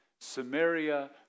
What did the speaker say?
Samaria